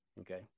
Okay